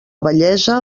vellesa